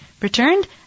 returned